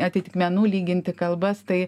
atitikmenų lyginti kalbas tai